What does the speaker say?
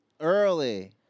Early